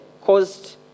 caused